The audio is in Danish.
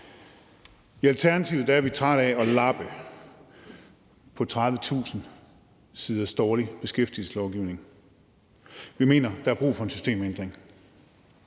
I Alternativet er vi trætte af at lappe på 30.000 siders dårlig beskæftigelseslovgivning. Vi mener, der er brug for en systemændring.